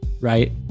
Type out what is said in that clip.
right